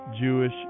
Jewish